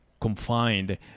confined